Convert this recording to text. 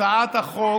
הצעת החוק